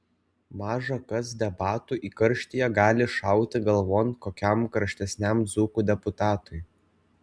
maža kas debatų įkarštyje gali šauti galvon kokiam karštesniam dzūkų deputatui